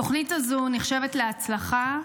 התוכנית הזו נחשבת להצלחה,